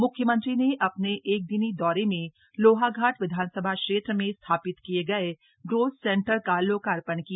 म्ख्यमंत्री ने अपने एक दिनी दौरे में लोहाघाट विधानसभा क्षेत्र में स्थापित किये गए ग्रोथ सेंटर का लोकार्पण किया